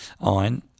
on